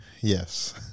Yes